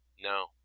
No